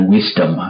Wisdom